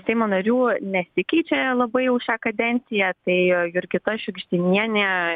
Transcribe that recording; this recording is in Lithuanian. seimo narių nesikeičia labai jau šią kadenciją tai jurgita šiugždinienė